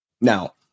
Now